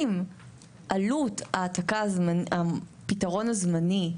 אם עלות הפתרון הזמני,